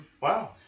Wow